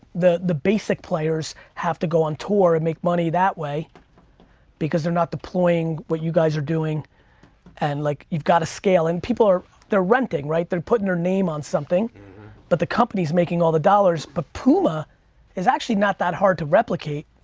the the basic players have to go on tour and make money that way because they're not deploying what you guys are doing and like you've got a scale and people are, they're renting, right? they're putting their name on something but the company's making all the dollars but puma is actually not that hard to replicate,